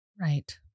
Right